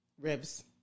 Ribs